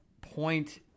point